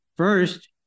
First